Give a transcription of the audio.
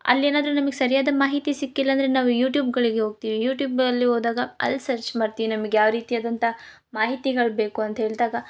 ಅಲ್ಲೇನಾದ್ರೂ ನಮಗೆ ಸರಿಯಾದ ಮಾಹಿತಿ ಸಿಕ್ಕಿಲ್ಲ ಅಂದರೆ ನಾವು ಯುಟ್ಯೂಬ್ಗಳಿಗೆ ಹೋಗ್ತಿವಿ ಯುಟ್ಯೂಬ್ ಅಲ್ಲಿ ಹೋದಾಗ ಅಲ್ಲಿ ಸರ್ಚ್ ಮಾಡ್ತೀವಿ ನಮಗೆ ಯಾವ ರೀತಿಯಾದಂಥ ಮಾಹಿತಿಗಳುಬೇಕು ಅಂತೇಳ್ದಾಗ